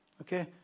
Okay